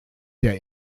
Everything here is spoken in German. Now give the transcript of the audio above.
der